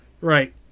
Right